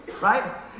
right